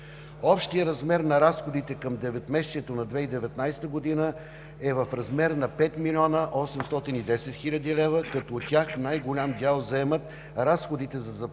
Общият размер на разходите към 9-месечието на 2019 г. е в размер на 5 млн. 810 хил. лв., като от тях най-голям дял заемат разходите за заплати